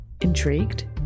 Intrigued